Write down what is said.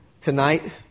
tonight